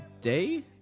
day